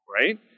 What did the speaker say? right